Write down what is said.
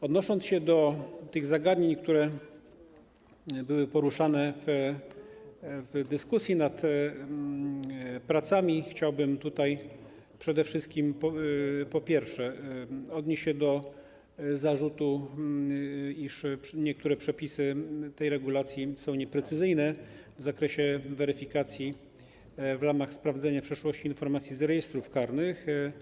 Odnosząc się do tych zagadnień, które były poruszane w dyskusji podczas prac, chciałbym przede wszystkim odnieść się do zarzutu, iż niektóre przepisy tej regulacji są nieprecyzyjne w zakresie weryfikacji w ramach sprawdzenia przeszłości informacji z rejestrów karnych.